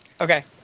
Okay